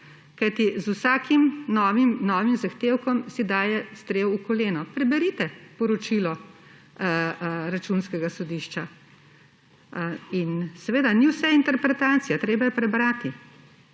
z vsakim novim zahtevkom si daje strel v koleno. Preberite poročilo Računskega sodišča. Ni vse interpretacija, treba je prebrati.